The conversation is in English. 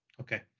okay